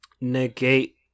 negate